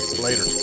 later